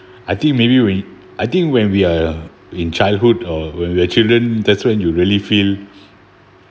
I think maybe when I think when we are in childhood or when we are children that's when you really feel